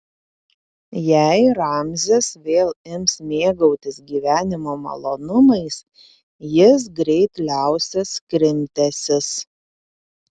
jei ramzis vėl ims mėgautis gyvenimo malonumais jis greit liausis krimtęsis